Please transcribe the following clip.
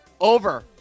over